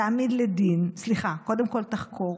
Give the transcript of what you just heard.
תעמיד לדין, סליחה, קודם כול תחקור,